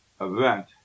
event